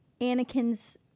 Anakin's